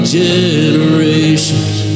generations